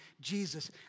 Jesus